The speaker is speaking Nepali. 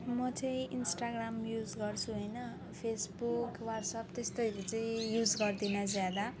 म चाहिँ इन्स्टाग्राम युज गर्छु होइन फेसबुक वाट्सएप त्यस्तैहरू चाहिँ युज गर्दिनँ ज्यादा